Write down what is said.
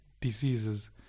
diseases